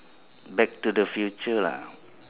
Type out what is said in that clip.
back to the future lah